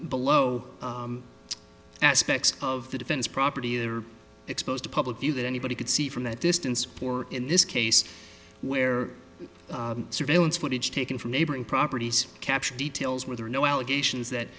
below aspects of the defense property they're exposed to public view that anybody could see from that distance for in this case where surveillance footage taken from neighboring properties captured details where there are no allegations that